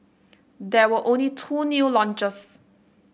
there were only two new launches